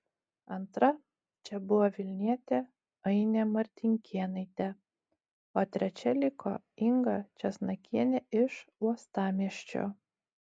antra čia buvo vilnietė ainė martinkėnaitė o trečia liko inga česnakienė iš uostamiesčio